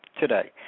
today